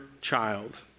child